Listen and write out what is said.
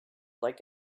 like